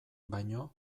baino